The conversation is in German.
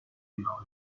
genau